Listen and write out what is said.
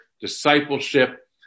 discipleship